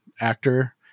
actor